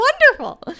wonderful